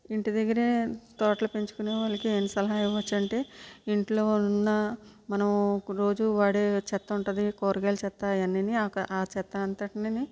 ఇంటి దగ్గర తోటలు పెంచుకునే వాళ్ళకి ఏంటి సలహా ఇవ్వచ్చు అంటే ఇంట్లో ఉన్న మనం రోజు వాడే చెత్త ఉంటుంది కూరగాయల చెత్త అవి అన్నీ ఆ చెత్త అంతటిని